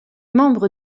membre